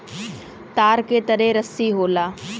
तार के तरे रस्सी होला